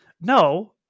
No